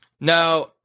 Now